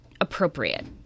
Appropriate